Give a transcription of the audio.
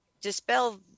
dispel